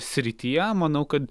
srityje manau kad